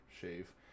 shave